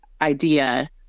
idea